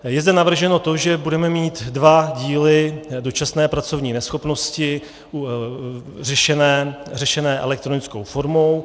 Je zde navrženo to, že budeme mít dva díly dočasné pracovní neschopnosti řešené elektronickou formou.